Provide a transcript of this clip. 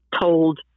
told